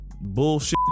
bullshit